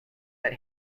that